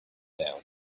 down